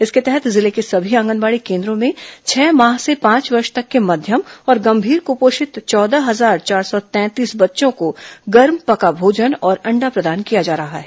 इसके तहत जिले के समी आंगनबाड़ी केन्द्रों में छह माह से पांच वर्ष तक के मध्यम और गंभीर कपोषित चौदह हजार चार सौ तैंतीस बच्चों को गर्म पका भोजन और अण्डा प्रदान किया जा रहा है